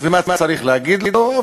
ומה צריך להגיד לו,